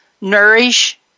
nourish